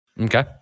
Okay